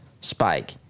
spike